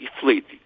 fleet